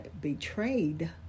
betrayed